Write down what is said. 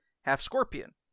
half-scorpion